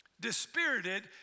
Dispirited